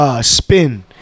spin